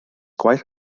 gwaith